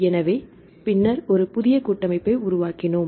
எனவே பின்னர் ஒரு புதிய கூட்டமைப்பை உருவாக்கினோம்